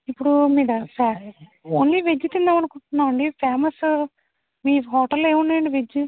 ఇప్పుడు మీద సయ్ ఓన్లీ వెజ్ తిందాం అనుకుంటున్నాం అండి ఫేమసు మీ హోటల్ లో ఏమున్నాయి అండి వెజ్